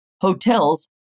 hotels